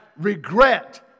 regret